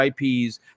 IPs